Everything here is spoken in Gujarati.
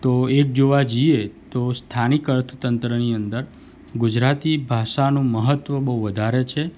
તો એક જોવા જઈએ તો સ્થાનિક અર્થતંત્રની અંદર ગુજરાતી ભાષાનું મહત્ત્વ બહુ વધારે છે